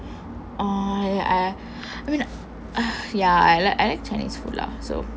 oh I mean ya I like chinese food lah so